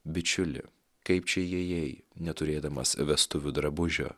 bičiuli kaip čia įėjai neturėdamas vestuvių drabužio